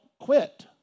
quit